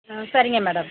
ம் சரிங்க மேடம்